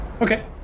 okay